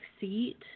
seat